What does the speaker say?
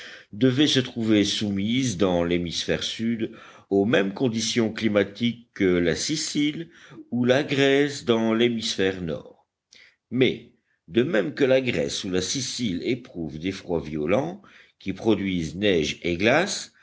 devait se trouver soumise dans l'hémisphère sud aux mêmes conditions climatériques que la sicile ou la grèce dans l'hémisphère nord mais de même que la grèce ou la sicile éprouvent des froids violents qui produisent neige et glace